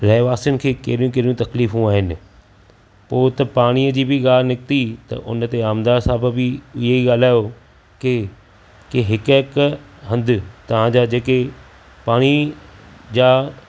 रहवासियुनि खे कहिड़ियूं कहिड़ियूं तकलीफ़ूं आहिनि पोइ त पाणीअ जी बि ॻाल्ह निकिती त उन ते आमदार साहबु बि इहो ई ॻाल्हायो कि कि हिक हिक हंध तव्हां जा जेके पाणीअ जा